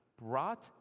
brought